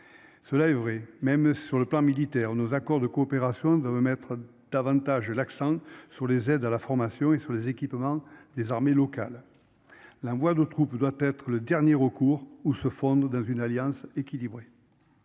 Cela est vrai. Même sur le plan militaire. Nos accords de coopération, de me mettre davantage l'accent sur les aides à la formation et sur les équipements des armées locales. L'envoi de troupes doit être le dernier recours ou se fondre dans une alliance équilibrée.